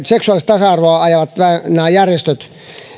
seksuaalista tasa arvoa ajavat järjestöt